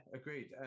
agreed